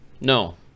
no